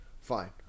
Fine